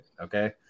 okay